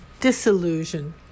disillusion